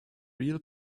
real